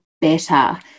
better